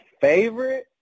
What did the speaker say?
favorite